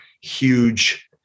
huge